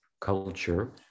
culture